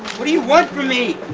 what do you want from me?